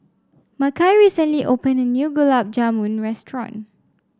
Makai recently opened a new Gulab Jamun restaurant